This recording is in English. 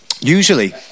usually